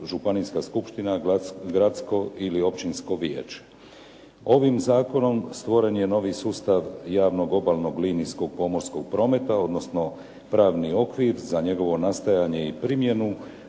županijska skupština, gradsko ili općinsko vijeće. Ovim zakonom stvoren je novi sustav javnog obalnog linijskog pomorskog prometa odnosno pravni okvir za njegovo nastajanje i primjenu